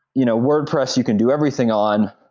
you know wordpress you can do everything on,